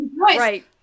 right